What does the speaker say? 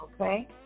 Okay